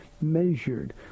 measured